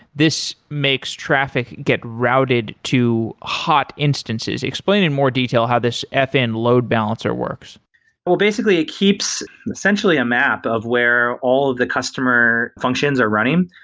this makes traffic get routed to hot instances. explain in more detail how this fn load balancer works well basically, it keeps essentially a map of where all the customer functions are running,